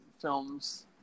films